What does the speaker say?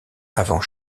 avant